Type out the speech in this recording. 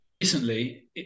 recently